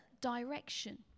direction